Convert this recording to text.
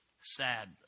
Sad